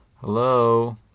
Hello